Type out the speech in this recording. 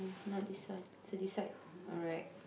not decide to decide alright